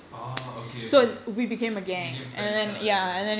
orh okay okay became friends lah ya